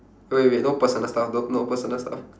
wait wait no personal stuff no no personal stuff